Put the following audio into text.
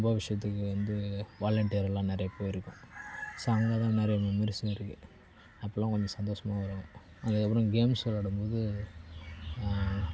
கும்பாபிஷேகத்துக்கு வந்து வாலண்டியரெலாம் நிறைய போயிருக்கோம் ஸோ அங்கேதான் நிறைய மெமோரிஸும் இருக்கு அப்போலெலாம் கொஞ்சம் சந்தோஷமாகவும் இருக்கும் அதுக்கு அப்புறம் கேம்ஸ் விளையாடும்போது